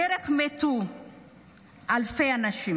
בדרך מתו אלפי אנשים.